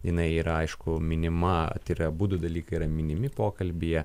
jinai yra aišku minima tai yra abudu dalykai yra minimi pokalbyje